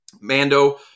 Mando